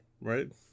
right